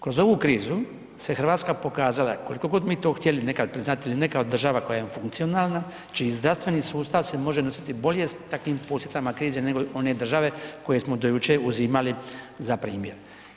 Kroz ovu krizu se Hrvatska pokazala, koliko god mi to htjeli nekad priznati ili ne, kao država koja je funkcionalna, čiji zdravstveni sustav se može nositi bolje s takvim posljedicama krize nego one države koje smo do jučer uzimali za primjer.